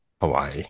Hawaii